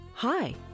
Hi